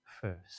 first